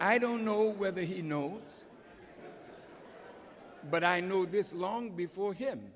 i don't know whether he knows but i know this long before him